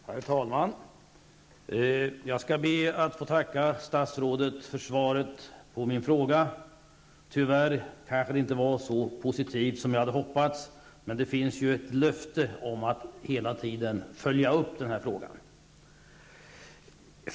Herr talman! Jag skall be att få tacka statsrådet för svaret på min fråga. Tyvärr kanske det inte var så positivt som jag hade hoppats, men det finns ju ett löfte om att hela tiden följa upp frågan.